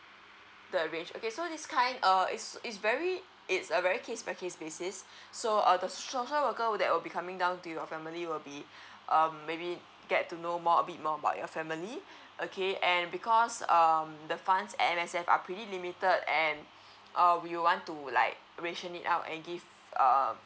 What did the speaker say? the arrange okay so this kind err its it's very it's a very case by case basis so err the social worker that will be coming down to your family will be um maybe get to know more a bit more about your family okay and because um the funds M_S_F are pretty limited and uh we want to like ration it out and give err